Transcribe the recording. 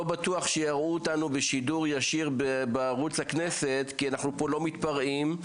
לא בטוח שיראו אותנו בשידור ישיר בערוץ הכנסת כי אנחנו פה לא מתפרעים,